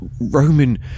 Roman